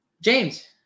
james